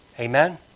Amen